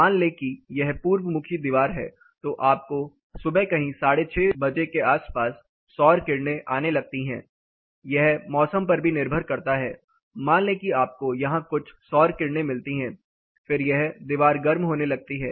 मान लें कि यह पूर्व मुखी दीवार है तो आपको सुबह कहीं 630 बजे के आसपास सौर किरणें आने लगती हैं यह मौसम पर भी निर्भर करता है मान लें कि आपको यहां कुछ सौर किरणें मिलती हैं फिर यह दीवार गर्म होने लगती हैं